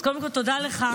אז קודם כול תודה לך,